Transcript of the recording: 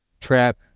trap